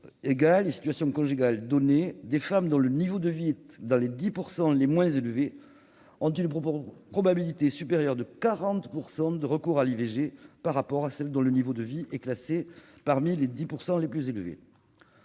d'âge et situation conjugale comparables, les femmes dont le niveau de vie se situe dans les 10 % les moins élevés ont une probabilité supérieure de 40 % de recourir à l'IVG par rapport à celles dont le niveau de vie est classé parmi les 10 % les plus élevés.